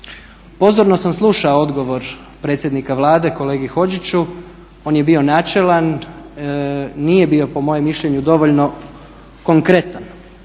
Pozorno sam slušao odgovor predsjednika Vlade kolegi Hodžiću. On je bio načelan. Nije bio po mojem mišljenju dovoljno konkretan.